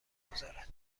میگذارد